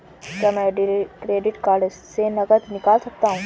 क्या मैं credit card से नकद निकाल सकता हूँ?